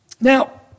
Now